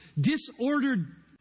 disordered